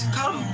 Come